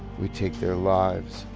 we take their lives,